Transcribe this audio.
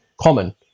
common